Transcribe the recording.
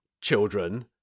children